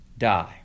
die